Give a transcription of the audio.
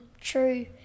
true